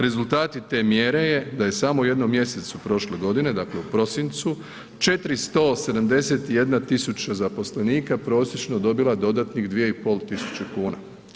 Rezultati te mjere je da je samo u jednom mjesecu prošle godine, dakle u prosincu 471.000 zaposlenika prosječno dobila dodatnih 2.500 kuna.